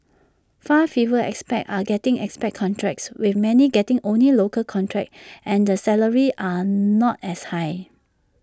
far fewer expats are getting expat contracts with many getting only local contracts and the salaries are not as high